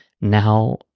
now